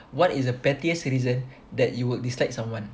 what is the pettiest reason that you would dislike someone